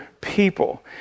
people